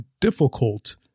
difficult